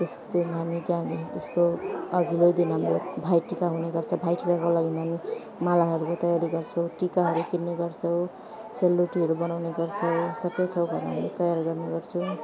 त्यस दिन हामी त्यहाँनेर त्यसको अघिल्लो दिन हाम्रो भाइटिका हुने गर्छ भाइटिकाको लागि हामी मालाहरूको तयारी गर्छौँ टिकाहरू किन्ने गर्छौँ सेलरोटीहरू बनाउने गर्छौँ सब ठाउँहरू हामी तयारी गर्ने गर्छौँ